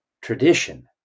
tradition